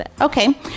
okay